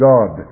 God